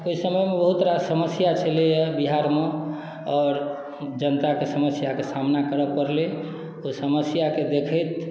ओहि समय मे बहुत रास समस्या छलैया बिहार मे आओर जनता के समस्या के सामना करए परलै ओ समस्या के देखैत